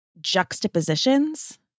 juxtapositions